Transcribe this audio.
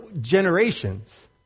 generations